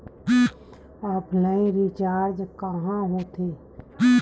Offline recharge कहां होथे?